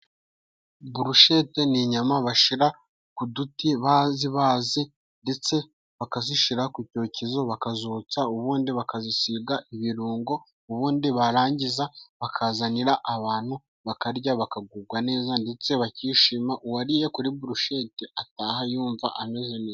Burushete ni inyama bashira kuduti bazibaze ndetse bakazishira ku cyokezo bakazotsa, ubundi bakazisiga ibirungo. ubundi barangiza bakazanira abantu bakarya bakagubwa neza ndetse bakishima. Uwariye kuri burushete ataha yumva ameze neza.